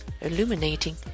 illuminating